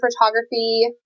photography